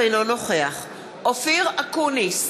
אינו נוכח אופיר אקוניס,